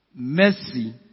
mercy